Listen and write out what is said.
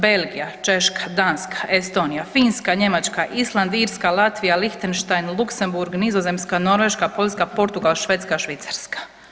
Belgija, Češka, Danska, Estonija, Finska, Njemačka, Island, Irska, Latvija, Lihtenštajn, Luksemburg, Nizozemska, Norveška, Poljska, Portugal, Švedska, Švicarska.